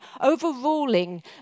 overruling